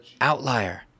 outlier